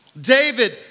David